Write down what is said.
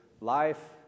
life